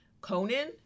Conan